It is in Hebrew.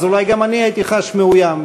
אז אולי גם אני הייתי חש מאוים.